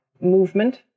movement